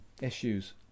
issues